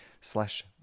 slash